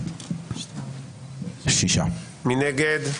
6 נגד,